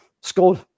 scored